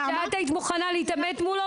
<< יור >> פנינה תמנו (יו"ר הוועדה לקידום מעמד האישה ולשוויון מגדרי):